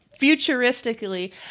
futuristically